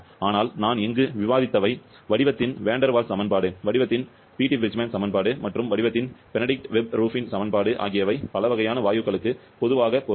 ஆனால் நான் இங்கு விவாதித்தவை வடிவத்தின் வான் டெர் வால்ஸ் சமன்பாடு வடிவத்தின் பீட்டி பிரிட்ஜ்மேன் சமன்பாடு மற்றும் வடிவத்தின் பெனடிக்ட் வெப் ரூபின் சமன்பாடு ஆகியவை பலவகையான வாயுக்களுக்கு பொதுவாக பொருந்தும்